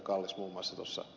kallis muun muassa totesi